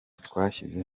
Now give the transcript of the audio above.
twashyize